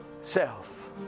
Self